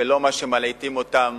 ולא מה שמלעיטים אותם